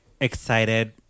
excited